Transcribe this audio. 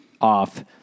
off